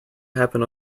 happen